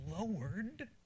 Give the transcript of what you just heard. lowered